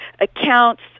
accounts